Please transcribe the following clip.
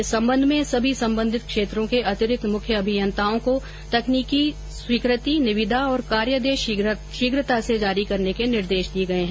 इस सम्बंध में सभी सम्बंधित क्षेत्रों के अतिरिक्त मुख्य अभियंताओं को तकनीकी स्वीकृति निविदा और कार्यादेश शीघ्रता से जारी करने के निर्देश दिए गए है